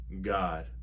God